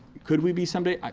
could we be some day?